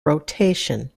rotation